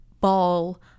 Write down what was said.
ball